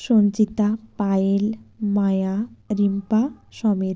Sanchita Payel Maya Rimpa Samir